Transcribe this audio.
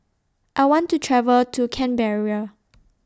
I want to travel to Canberra